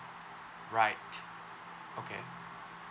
right okay